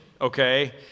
okay